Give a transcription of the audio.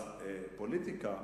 אז פוליטיקה